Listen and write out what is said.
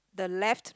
the left